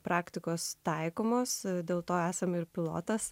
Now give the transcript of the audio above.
praktikos taikomos dėl to esame ir pilotas